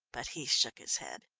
but he shook his head.